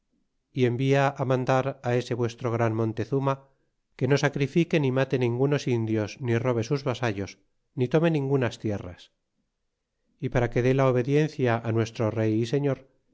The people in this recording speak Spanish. y envia á mandar ese vuestro gran montezuma que no sacrifique ni mate ningunos indios ni robe sus vasallos ni tome ningunas tierras y para que dé la obediencia nuestro rey y señor